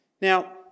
Now